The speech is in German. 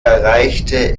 erreichte